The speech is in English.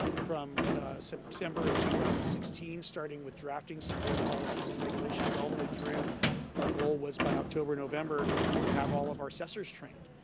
from september of two thousand and sixteen, starting with drafting some board policies and regulations all the way through our goal was by october, november to have all of our assessors trained.